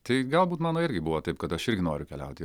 tai galbūt mano irgi buvo taip kad aš irgi noriu keliauti